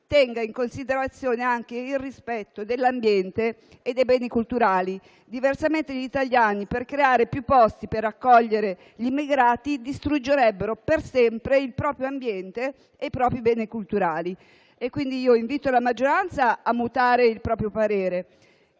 tenga in considerazione anche il rispetto dell'ambiente e dei beni culturali. Diversamente gli italiani, per creare più posti per accogliere gli immigrati, distruggerebbero per sempre il proprio ambiente e i propri beni culturali. Invito pertanto la maggioranza a mutare il proprio parere.